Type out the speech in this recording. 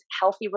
healthy